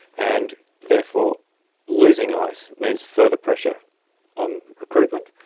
and therefore losing ice means further pressure on recruitment,